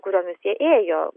kuriomis jie ėjo